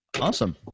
Awesome